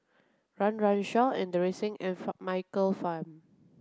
Run Run Shaw Inderjit Singh and Michael Fam